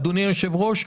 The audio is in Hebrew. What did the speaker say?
אדוני היושב-ראש,